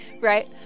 Right